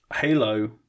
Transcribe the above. Halo